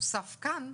שהוסף כאן,